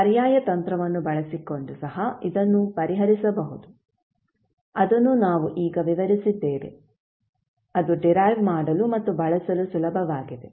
ಪರ್ಯಾಯ ತಂತ್ರವನ್ನು ಬಳಸಿಕೊಂಡು ಸಹ ಇದನ್ನು ಪರಿಹರಿಸಬಹುದು ಅದನ್ನು ನಾವು ಈಗ ವಿವರಿಸಿದ್ದೇವೆ ಅದು ಡಿರೈವ್ ಮಾಡಲು ಮತ್ತು ಬಳಸಲು ಸುಲಭವಾಗಿದೆ